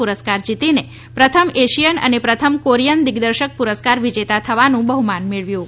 પુરસ્કાર જીતીને પ્રથમ એશિયન અને પ્રથમ કોરીયન દિગ્દર્શક પુરસ્કાર વિજેતા થવાનું બહ્માન મેળવ્યું છે